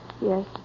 Yes